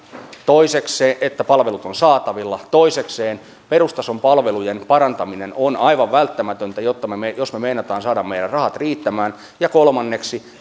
siitä että palvelut ovat saatavilla toisekseen perustason palvelujen parantaminen on aivan välttämätöntä jos me meinaamme saada meidän rahat riittämään ja kolmanneksi